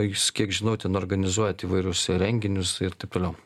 jūs kiek žinau ten organizuojant įvairius renginius ir taip toliau